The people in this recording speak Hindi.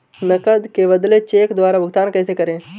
नकद के बदले चेक द्वारा भुगतान कैसे करें?